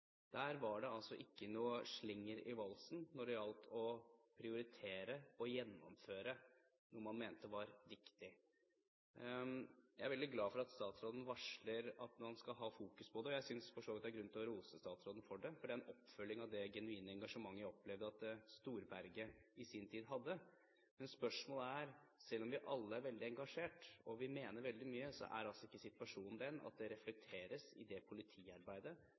Der var det ikke noe slinger i valsen når det gjaldt å prioritere og gjennomføre noe man mente var viktig. Jeg er veldig glad for at statsråden varsler at man skal ha oppmerksomhet rundt det, og jeg synes for så vidt det er grunn til å rose statsråden for det, for oppfølgingen av det genuine engasjementet jeg opplevde at Storberget i sin tid hadde. Men selv om vi alle er veldig engasjert og mener veldig mye, er ikke situasjonen den at det reflekteres i det politiarbeidet